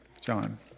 John